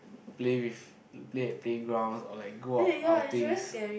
play with play at playgrounds or like go on outings